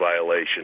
violation